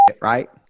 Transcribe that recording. right